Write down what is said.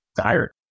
tired